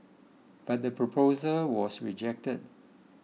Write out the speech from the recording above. but the proposal was rejected